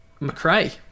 McRae